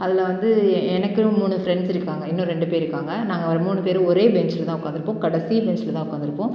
அதில் வந்து எனக்குன்னு மூணு ஃப்ரெண்ட்ஸ் இருக்காங்க இன்னும் ரெண்டு பேர் இருக்காங்க நாங்கள் ஒரு மூணு பேரும் ஒரே பெஞ்ச்சில் தான் உக்காந்துருப்போம் கடைசி பெஞ்ச்சில் தான் உக்காந்துருப்போம்